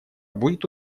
будет